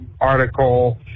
article